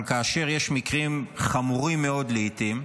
אבל כאשר יש מקרים חמורים מאוד, לעיתים,